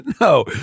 No